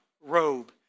robe